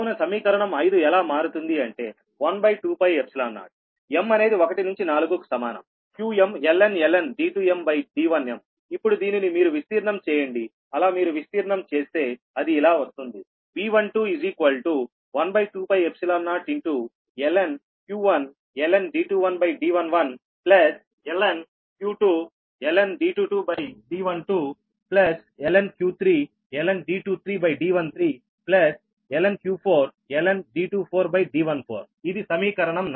కావున సమీకరణం అయిదు ఎలా మారుతుంది అంటే 12π0m అనేది 1 నుంచి 4 కు సమానం qmln D2mD1mఇప్పుడు దీనిని మీరు విస్తీర్ణం చేయండి అలా మీరు విస్తీర్ణం చేస్తే అది ఇలా వస్తుంది V12 12π0q1ln D21D11 q2ln D22D12 q3ln D23D13 q4ln D24D14 ఇది సమీకరణం 41